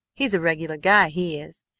he's a regular guy, he is.